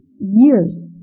years